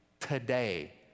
Today